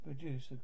produce